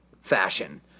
fashion